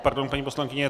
Pardon, paní poslankyně.